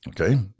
Okay